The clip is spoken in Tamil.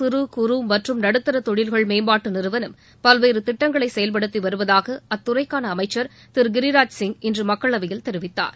சிறு குறு மற்றும் நடுத்தா தொழில்கள் மேம்பாட்டு நிறுவனம் பல்வேறு திட்டங்களை செயல்படுத்தி வருவதாக அத்துறைக்கான அமைச்சர் திரு கிரிராஜ் சிங் இன்று மக்களவையில் தெரிவித்தார்